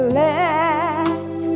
let